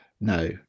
No